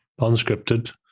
unscripted